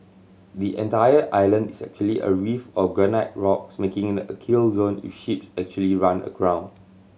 the entire island is actually a reef of granite rocks making it a kill zone if ships actually run aground